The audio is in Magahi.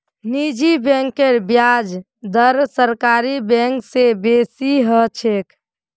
निजी बैंकेर ब्याज दर सरकारी बैंक स बेसी ह छेक